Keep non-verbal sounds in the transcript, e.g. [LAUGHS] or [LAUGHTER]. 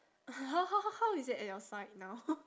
[LAUGHS] how how how how is it at your side now [LAUGHS]